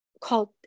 called